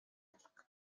алга